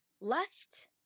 left